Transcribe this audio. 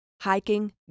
Hiking